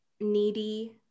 needy